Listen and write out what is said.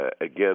again